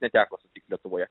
neteko sutikt lietuvoje